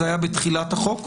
זה היה בתחילת החוק.